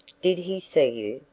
did he see you?